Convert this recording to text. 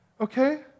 Okay